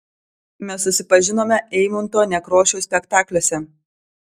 mes susipažinome eimunto nekrošiaus spektakliuose